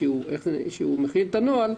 כשהוא מכין את הנוהל,